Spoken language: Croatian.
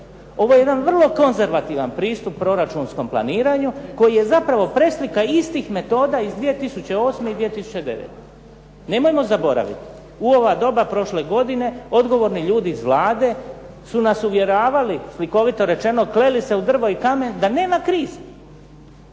Ovo je jedan vrlo konzervativan pristup proračunskom planiranju koji je zapravo preslika istih metoda iz 2008. i 2009. Nemojmo zaboraviti u ova doba prošle godine odgovorni ljudi iz Vlade su nas uvjeravali slikovito rečeno, kleli se u drvo i kamen da nema krize.